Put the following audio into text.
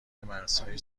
مرزهای